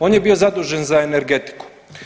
On je bio zadužen za energetiku.